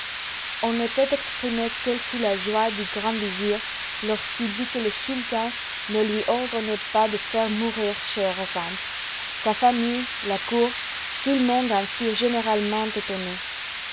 on ne peut exprimer quelle fut la joie du grand vizir lorsqu'il vit que le sultan ne lui ordonnait pas de faire mourir scheherazade sa famille la cour tout le monde en fut généralement étonné